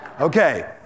Okay